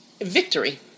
victory